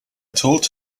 told